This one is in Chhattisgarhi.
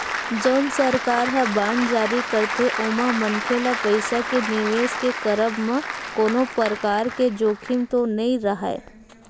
जउन सरकार ह बांड जारी करथे ओमा मनखे ल पइसा के निवेस के करब म कोनो परकार के जोखिम तो नइ राहय